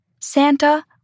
Santa